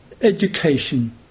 education